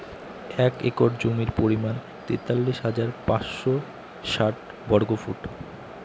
এক একর জমির পরিমাণ তেতাল্লিশ হাজার পাঁচশ ষাট বর্গফুট